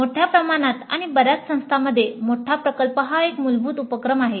मोठ्या प्रमाणात आणि बर्याच संस्थांमध्ये मोठा प्रकल्प हा एक मूलभूत उपक्रम आहे